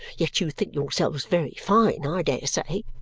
yet you think yourselves very fine, i dare say!